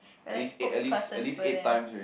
we're like spokesperson for them